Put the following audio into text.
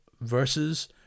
versus